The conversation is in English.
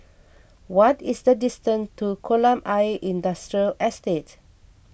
what is the distance to Kolam Ayer Industrial Estate